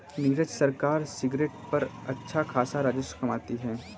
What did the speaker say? नीरज सरकार सिगरेट पर अच्छा खासा राजस्व कमाती है